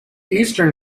eastern